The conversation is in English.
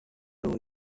two